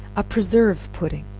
a preserve pudding.